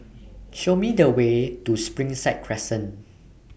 Show Me The Way to Springside Crescent